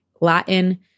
Latin